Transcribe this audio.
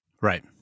Right